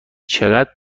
چقدر